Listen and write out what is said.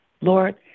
Lord